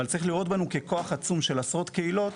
אבל צריך לראות בנו ככוח עצום של עשרות קהילות,